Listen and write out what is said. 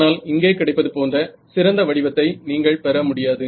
ஆனால் இங்கே கிடைப்பது போன்ற சிறந்த வடிவத்தை நீங்கள் பெற முடியாது